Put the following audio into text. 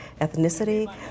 ethnicity